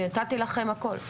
נתתי לכם הכל.